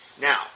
Now